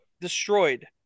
destroyed